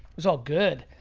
was all good.